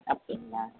அப்படிங்களா